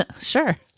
sure